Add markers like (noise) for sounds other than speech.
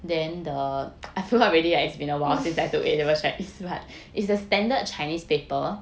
(laughs)